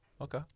okay